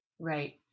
Right